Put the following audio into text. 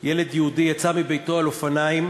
ילד יהודי יצא מביתו על אופניים